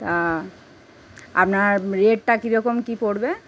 তা আপনার রেটটা কীরকম কী পড়বে